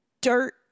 dirt